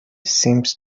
seems